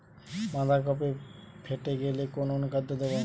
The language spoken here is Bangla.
বাঁধাকপি ফেটে গেলে কোন অনুখাদ্য দেবো?